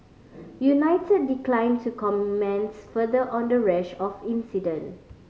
united declined to comments further on the rash of incident